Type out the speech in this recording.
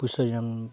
ᱯᱩᱭᱥᱟᱹ ᱧᱟᱢ